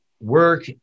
work